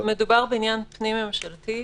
מדובר בעניין פנים-ממשלתי.